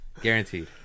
Guaranteed